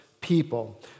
people